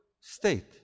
State